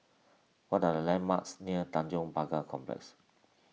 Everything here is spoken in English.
what are the landmarks near Tanjong Pagar Complex